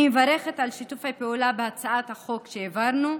אני מברכת על שיתוף הפעולה בהצעת חוק שהעברנו,